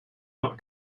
not